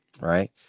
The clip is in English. Right